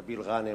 נביל ע'אנם,